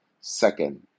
Second